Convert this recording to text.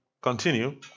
Continue